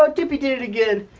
ah doopey did it again.